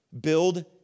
Build